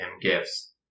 gifts